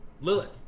Lilith